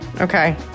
Okay